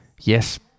Yes